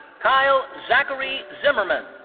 kyle zachary zimmerman.